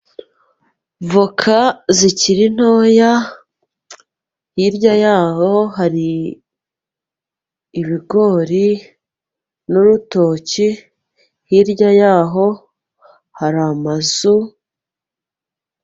Voka zikiri ntoya hirya yaho hari ibigori n'urutoki hirya yaho hari amazu.